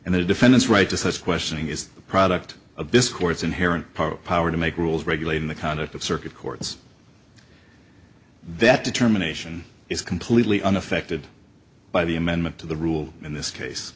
and the defendant's right to such questioning is the product of this court's inherent power to make rules regulating the conduct of circuit courts that determination is completely unaffected by the amendment to the rule in this case